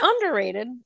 Underrated